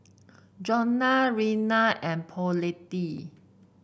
Johnna Reanna and Paulette